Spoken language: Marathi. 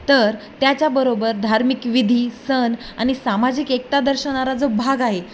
तर त्याच्याबरोबर धार्मिक विधी सण आणि सामाजिक एकता दर्शवणारा जो भाग आहे